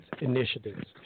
initiatives